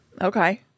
Okay